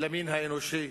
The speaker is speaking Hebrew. למין האנושי.